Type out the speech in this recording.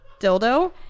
dildo